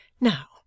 Now